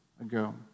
ago